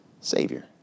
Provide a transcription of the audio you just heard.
Savior